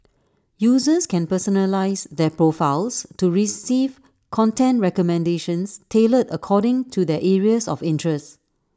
users can personalise their profiles to receive content recommendations tailored according to their areas of interest